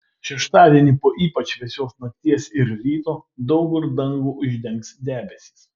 šeštadienį po ypač vėsios nakties ir ryto daug kur dangų uždengs debesys